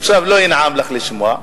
עכשיו לא ינעם לך לשמוע,